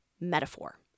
metaphor